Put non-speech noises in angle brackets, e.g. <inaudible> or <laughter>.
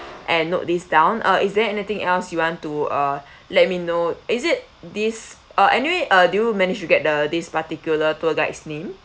and note this down uh is there anything else you want to uh <breath> let me know is it this uh anyway uh did you manage to get the this particular tour guide's name